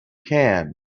can